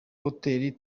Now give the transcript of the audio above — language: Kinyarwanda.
hoteli